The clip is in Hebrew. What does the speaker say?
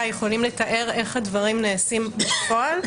יכולים לתאר איך הדברים נעשים בפועל.